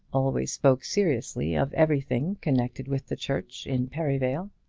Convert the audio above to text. always spoke seriously of everything connected with the church in perivale.